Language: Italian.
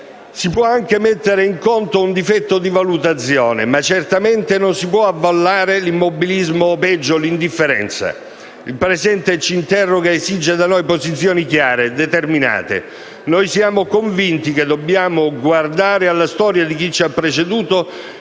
Si può anche mettere in conto un difetto di valutazione, ma certamente non si può avallare l'immobilismo o, peggio, l'indifferenza. Il presente ci interroga ed esige da noi posizioni chiare e determinate. Noi siamo convinti che dobbiamo guardare alla storia di chi ha preceduto